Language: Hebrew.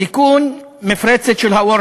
תיקון מפרצת של האאורטה,